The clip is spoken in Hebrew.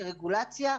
כרגולציה,